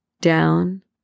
down